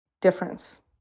difference